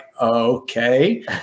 Okay